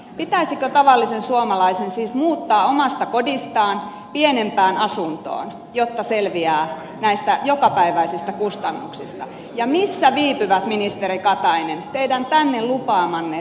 pitäisikö tavallisen suomalaisen siis muuttaa omasta kodistaan pienempään asuntoon jotta selviää näistä jokapäiväisistä kustannuksista ja missä viipyvät ministeri katainen teidän tänne lupaamanne tulonjakoselvitykset tästä asiasta